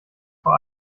vor